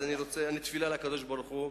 ולכן אני תפילה לקדוש-ברוך-הוא